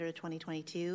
2022